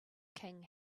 king